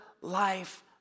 life